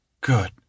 good